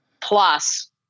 plus